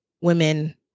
women